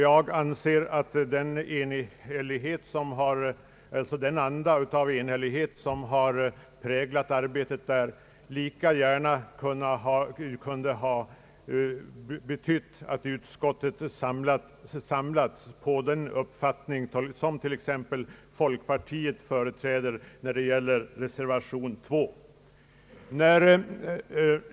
Jag anser att den anda av enhällighet som har präglat arbetet i utskottet lika gärna kunde ha lett till att utskottets majoritet i fråga om folkpartiets norrlandsmotion biträtt det förslag som folkpartiets och centerpartiets ledamöter företräder i reservation 2.